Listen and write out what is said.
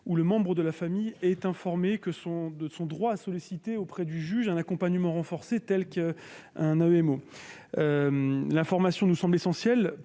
ou le membre de la famille est informé de son droit à solliciter auprès du juge un accompagnement renforcé, tel qu'une mesure d'AEMO. Cette information nous semble essentielle